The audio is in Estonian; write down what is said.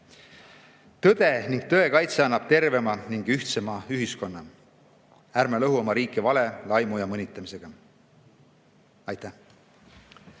Tõde ning tõe kaitse annab tervema ja ühtsema ühiskonna. Ärme lõhume oma riiki vale, laimu ja mõnitamisega. Aitäh!